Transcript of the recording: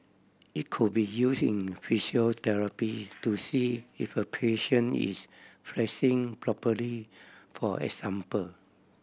it could be use in physiotherapy to see if a patient is flexing properly for example